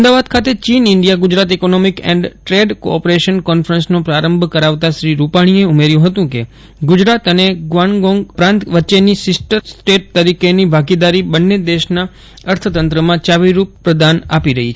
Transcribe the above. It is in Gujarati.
અમદાવાદ ખાતે ચીન India Gujarat economic and trade cooperation કોન્ફરન્સનો પ્રારંભ કરાવતા શ્રી રૂપાજ્ઞીએ ઉમેર્યું હતું કે ગુજરાત અને ગ્વાન્ગડોંગ પ્રાંત વચ્ચેની સીસ્ટર સ્ટેટ તરીકેની ભાગીદારી બંને દેશના અર્થતંત્રમાં ચાવીરૂપ પ્રદાન આપી રહી છે